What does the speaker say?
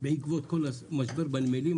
בעקבות כל המשבר בנמלים,